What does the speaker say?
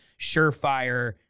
surefire